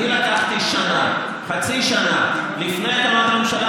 אני לקחתי שנה: חצי שנה לפני הקמת הממשלה